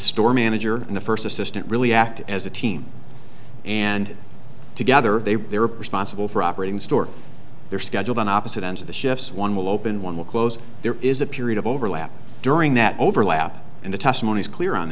store manager in the first assistant really act as a team and together they were there are possibly for operating the store they're scheduled on opposite ends of the shifts one will open one will close there is a period of overlap during that overlap and the testimony is clear on